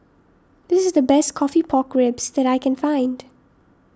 this is the best Coffee Pork Ribs that I can find